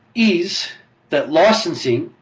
is that licencing,